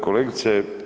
Kolegice.